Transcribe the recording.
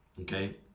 okay